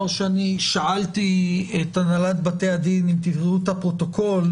אם תפתחו את הפרוטוקול,